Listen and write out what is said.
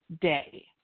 day